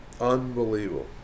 Unbelievable